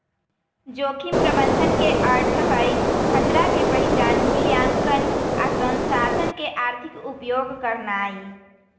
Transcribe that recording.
जोखिम प्रबंधन के अर्थ हई खतरा के पहिचान, मुलायंकन आ संसाधन के आर्थिक उपयोग करनाइ